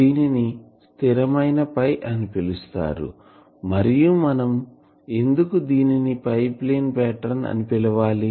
దీనిని స్థిరమైన అని పిలుస్తారు మరియు మనం ఎందుకు దీనిని ప్లేన్ పాటర్న్ అని పిలవాలి